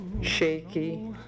shaky